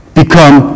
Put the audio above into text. become